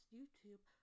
YouTube